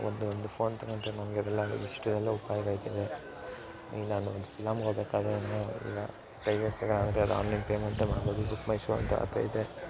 ಒಳ್ಳೆಯ ಒಂದು ಫೋನ್ ತಗೊಂಡರೆ ನಮಗೆಲ್ಲ ಅದರಿಂದ ಎಷ್ಟು ಎಲ್ಲ ಉಪಯೋಗ ಆಯ್ತದೆ ಇಲ್ಲ ಅಂದರೆ ಒಂದು ಫಿಲಮ್ಮಿಗೆ ಹೋಗ್ಬೇಕಾದ್ರೆ ಈಗ ಟೈಮೇ ಸಿಗೋಲ್ಲ ಅಂದರೆ ಆನ್ಲೈನ್ ಪೇಮೆಂಟೆ ಮಾಡ್ಬೌದು ಬುಕ್ ಮೈ ಶೋ ಅಂತ ಆ್ಯಪೇ ಇದೆ